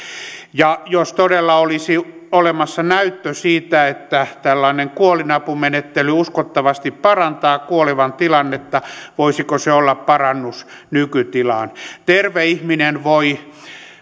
ja jos todella olisi olemassa näyttö siitä että tällainen kuolinapumenettely uskottavasti parantaa kuolevan tilannetta voisiko se olla parannus nykytilaan terve ihminen voi